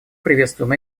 приветствуем